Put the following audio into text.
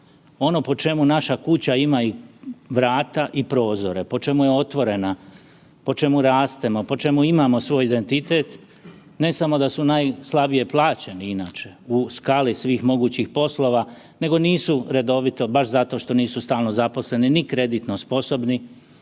ono po čemu naša kuća ima i vrata i prozore, po čemu je otvorena, po čemu rastemo, po čemu imamo svoj identitet, ne samo da su najslabije plaćeni inače u skali svih mogućih poslova nego nisu redovito baš zato što nisu stalno zaposleni ni kreditno sposobni,